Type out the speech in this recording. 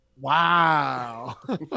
Wow